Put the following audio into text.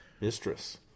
mistress